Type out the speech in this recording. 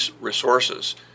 resources